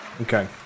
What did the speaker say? Okay